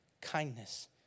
kindness